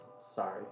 Sorry